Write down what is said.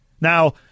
Now